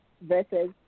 versus